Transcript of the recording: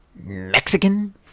Mexican